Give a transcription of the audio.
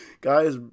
Guys